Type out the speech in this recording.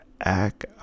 act